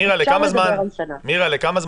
אפשר לדבר על שנה.